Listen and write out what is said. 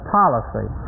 policy